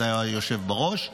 אתה היושב בראש.